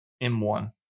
M1